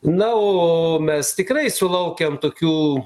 na o mes tikrai sulaukiam tokių